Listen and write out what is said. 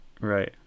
Right